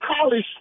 college